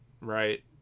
right